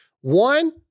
One